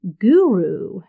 Guru